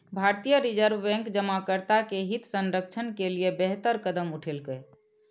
भारतीय reserve bank जमाकर्ता के हित संरक्षण के लिए बेहतर कदम उठेलकै